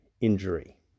injury